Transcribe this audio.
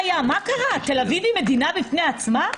מה קרה, תל אביב היא מדינה בפני עצמה?